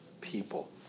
people